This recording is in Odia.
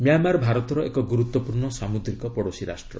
ମ୍ୟାମାର ଭାରତର ଏକ ଗୁରୁତ୍ୱପୂର୍ଷ୍ଣ ସାମୁଦ୍ରିକ ପଡ଼ୋଶୀ ରାଷ୍ଟ୍ର